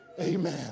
Amen